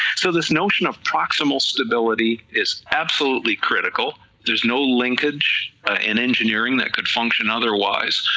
so this notion of proximal stability is absolutely critical, there's no linkage in engineering that could function otherwise,